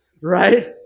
right